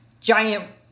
Giant